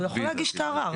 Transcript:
הוא יכול להגיש את הערר.